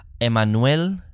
Emmanuel